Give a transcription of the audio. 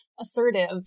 assertive